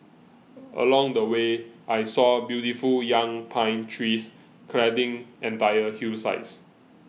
along the way I saw beautiful young pine trees cladding entire hillsides